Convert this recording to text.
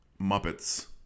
Muppets